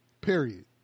Period